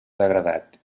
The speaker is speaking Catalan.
degradat